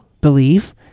believe